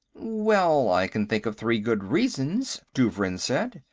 well, i can think of three good reasons, douvrin said.